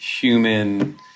human